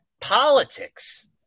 politics